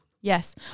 Yes